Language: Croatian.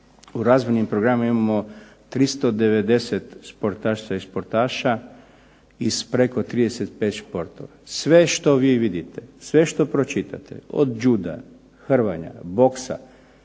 u razvojnim programima imamo 390 sportašica i sportaša i preko 35 sportova. Sve što vi vidite sve što pročitate ta od juda, hrvanja, boksa,